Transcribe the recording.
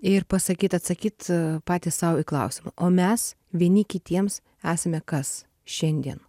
ir pasakyt atsakyt patys sau į klausimą o mes vieni kitiems esame kas šiandien